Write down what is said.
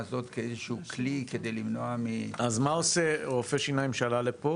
הזאת כאיזשהו כלי למנוע --- אז מה עושה רופא שיניים שעלה לפה